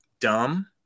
dumb